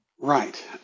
Right